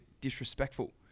disrespectful